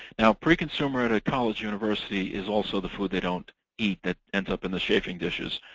now pre-consumer at ah college university is also the food they don't eat that ends up in the chafing dishes,